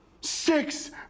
Six